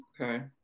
Okay